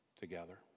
together